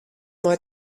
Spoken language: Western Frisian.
mei